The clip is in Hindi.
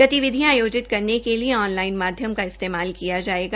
गतिविधियां आयोजन करने के लिए ऑनलाइन माध्यम का इस्तेमाल किया जायेगा